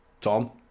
Tom